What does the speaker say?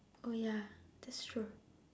oh ya that's true